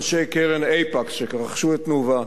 איך אנשי "קרן אייפקס" שרכשו את "תנובה"